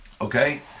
okay